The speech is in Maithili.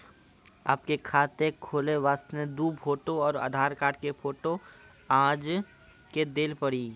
आपके खाते खोले वास्ते दु फोटो और आधार कार्ड के फोटो आजे के देल पड़ी?